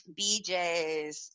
BJs